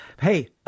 hey